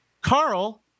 Carl